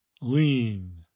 lean